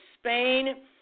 Spain